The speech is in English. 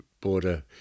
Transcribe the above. border